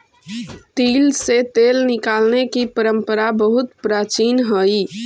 तिल से तेल निकालने की परंपरा बहुत प्राचीन हई